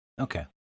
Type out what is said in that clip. Okay